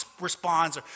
responds